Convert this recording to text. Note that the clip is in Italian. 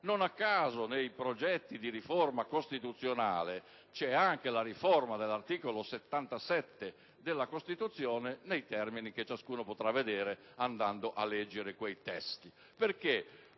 Non a caso nei progetti di riforma costituzionale è prevista anche la riforma dell'articolo 77 della Costituzione nei termini che ciascuno potrà vedere andando a leggere quei testi. Perché?